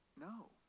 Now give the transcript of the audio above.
No